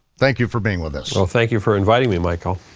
thank you for being with us. so thank you for inviting me, michael.